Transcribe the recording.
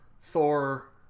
Thor